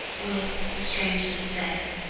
with, strange to say,